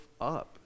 up